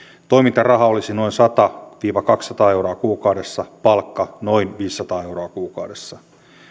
toimintaraha olisi noin sata viiva kaksisataa euroa kuukaudessa palkka noin viisisataa euroa kuukaudessa